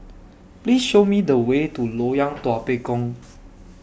Please Show Me The Way to Loyang Tua Pek Kong